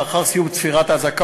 מרסיס.